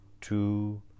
two